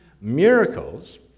Miracles